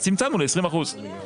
אז צמצמנו ל-20 אחוזים.